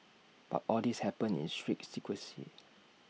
but all this happened in strict secrecy